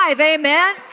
Amen